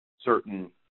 certain